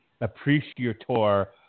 appreciator